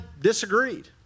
disagreed